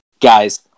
guys